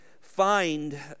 find